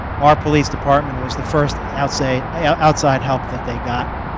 our police department was the first outside ah yeah outside help that they got.